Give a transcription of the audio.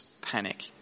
panic